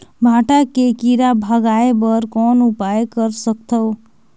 भांटा के कीरा भगाय बर कौन उपाय कर सकथव?